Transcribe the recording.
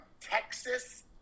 Texas